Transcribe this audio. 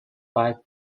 five